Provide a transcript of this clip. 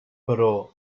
però